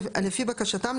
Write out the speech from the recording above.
לפי בקשתם,